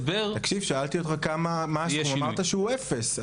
שאלתי אותך מה הסכום ואמרת שהוא אפס.